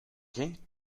ging